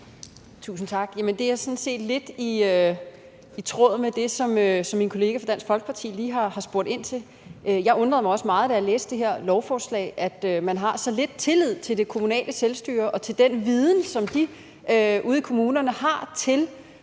Tusind tak. Jamen det er sådan set lidt i tråd med det, som min kollega fra Dansk Folkeparti lige har spurgt ind til. Jeg undrede mig også meget, da jeg læste det her lovforslag, over, at man har så lidt tillid til det kommunale selvstyre og til den viden, som de har ude i kommunerne, både